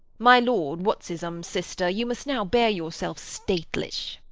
my lord what'ts'hums sister, you must now bear yourself statelich.